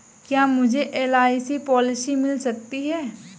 क्या मुझे LIC policy मिल सकती है?